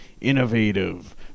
innovative